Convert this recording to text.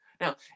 Now